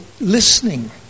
listening